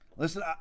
Listen